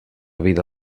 vida